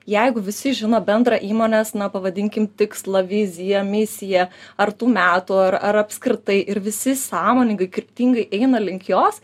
jeigu visi žino bendrą įmonės na pavadinkim tikslą viziją misiją ar tų metų ar ar apskritai ir visi sąmoningai kryptingai eina link jos